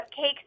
Cupcakes